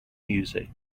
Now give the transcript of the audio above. music